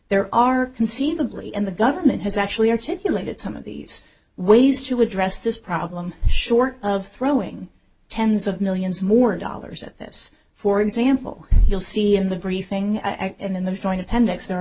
there are conceivably and the government has actually articulated some of these ways to address this problem short of throwing tens of millions more dollars at this for example you'll see in the briefing and in the joint appendix there are